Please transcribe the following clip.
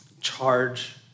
charge